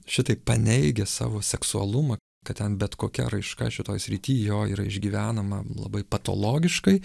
šitaip paneigia savo seksualumą kad ten bet kokia raiška šitoj srity jo yra išgyvenama labai patologiškai